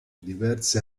diverse